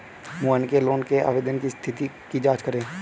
मोहन के लोन के आवेदन की स्थिति की जाँच करें